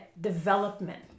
development